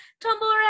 tumble